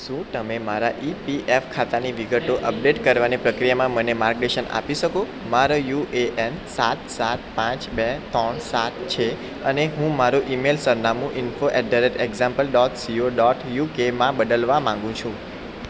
શું તમે મારા ઇપીએફ ખાતાની વિગતો અપડેટ કરવાની પ્રક્રિયામાં મને માર્ગદર્શન આપી શકો મારો યુ એ એન સાત સાત પાંચ બે ત્રણ સાત છે અને હું મારું ઇમેઇલ સરનામું info at the rate example dot co dot યુકેમાં બદલવા માગું છું